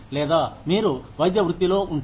లేదా మీరు వైద్య వృత్తిలో ఉంటే